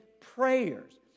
prayers